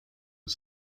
aux